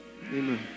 amen